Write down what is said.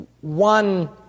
one